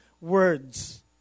words